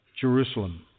Jerusalem